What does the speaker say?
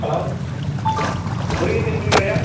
hello Murugesan மீன் கடையா